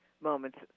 moments